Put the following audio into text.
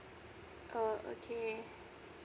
oh okay